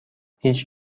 هیچ